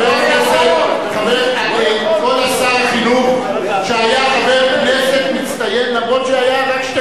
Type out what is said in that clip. כבוד שר החינוך היה חבר כנסת מצטיין אף-על-פי שהיה שתי